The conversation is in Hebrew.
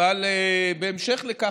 אבל בהמשך לכך,